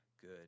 good